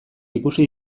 ikusi